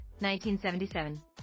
1977